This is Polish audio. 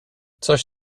coś